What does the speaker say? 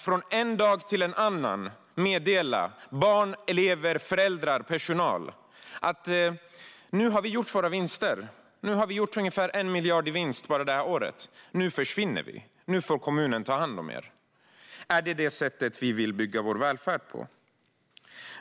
Från en dag till en annan meddelade man barn, elever, föräldrar och personal: Nu har vi gjort våra vinster - vi har gjort ungefär 1 miljard i vinst bara under det här året - och nu försvinner vi. Nu får kommunen ta hand om er. Är det på det sättet vi vill bygga vår välfärd?